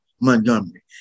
Montgomery